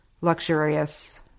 luxurious